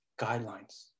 guidelines